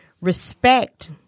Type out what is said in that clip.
respect